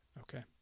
Okay